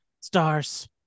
stars